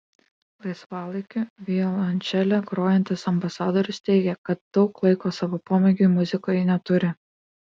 laisvalaikiu violončele grojantis ambasadorius teigė kad daug laiko savo pomėgiui muzikai neturi